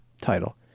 title